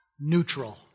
neutral